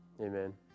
Amen